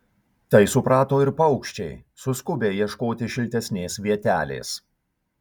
tai suprato ir paukščiai suskubę ieškoti šiltesnės vietelės